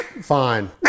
fine